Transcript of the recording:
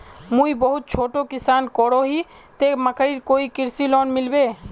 मुई बहुत छोटो किसान करोही ते मकईर कोई कृषि लोन मिलबे?